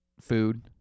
Food